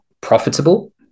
profitable